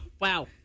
Wow